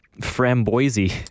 framboise